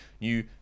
new